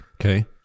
Okay